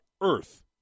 earth